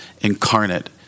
incarnate